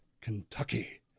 Kentucky